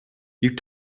you